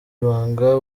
ibanga